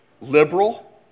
liberal